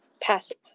passive